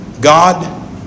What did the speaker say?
God